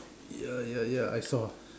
ya ya ya I saw